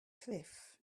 cliff